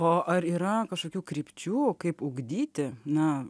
o ar yra kažkokių krypčių kaip ugdyti na